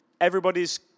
everybody's